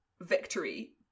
victory